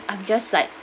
I'm just like